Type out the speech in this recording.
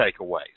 takeaways